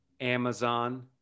Amazon